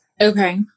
Okay